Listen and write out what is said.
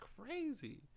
crazy